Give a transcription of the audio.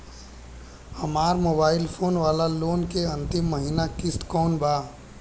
हमार mobile phone वाला loan के अंतिम महिना किश्त कौन बा?